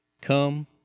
come